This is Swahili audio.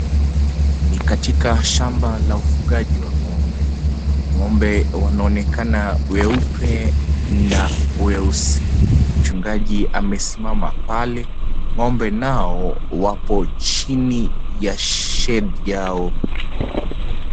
Ni katika shamba la ufugaji wa ng'ombe, ng'ombe wanaonekana weupe, na weusi. mchungaji amesimama pale, ng'ombe nao wapo chini ya (cs)shed (cs) yao.